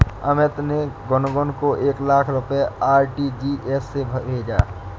अमित ने गुनगुन को एक लाख रुपए आर.टी.जी.एस से भेजा